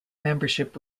membership